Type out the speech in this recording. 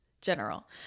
general